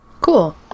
Cool